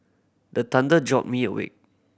the thunder jolt me awake